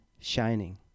shining